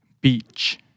Beach